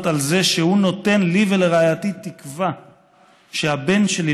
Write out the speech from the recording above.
על זה שהוא נותן לי ולרעייתי תקווה שהבן שלי,